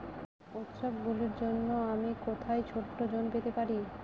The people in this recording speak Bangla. উত্সবগুলির জন্য আমি কোথায় ছোট ঋণ পেতে পারি?